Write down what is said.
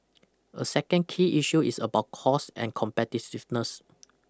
a second key issue is about costs and competitiveness